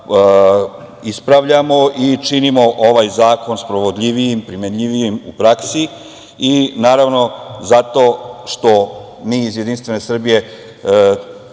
ispravljamo i činimo ovaj zakon sprovodljivijim, primenjivijim u praksi, zato što mi iz Jedinstvene Srbije